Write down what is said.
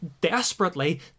desperately